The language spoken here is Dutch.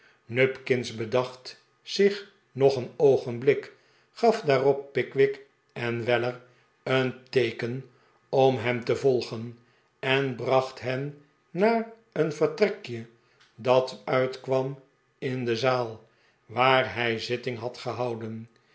nupkins bedacht zich nog een oogenblik gaf daarop pickwick en weller een teeken om hem te volgen en bracht hen naar een vertrekje dat uitkwam in de zaal waar hij zitting had gehouden